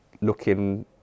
looking